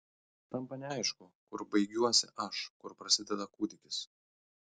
tampa neaišku kur baigiuosi aš kur prasideda kūdikis